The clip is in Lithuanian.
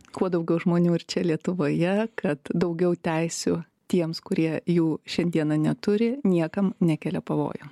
kuo daugiau žmonių ir čia lietuvoje kad daugiau teisių tiems kurie jų šiandieną neturi niekam nekelia pavojų